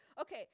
Okay